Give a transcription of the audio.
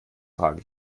trage